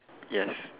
yes